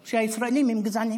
שהישראלים הם גזענים.